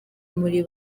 muri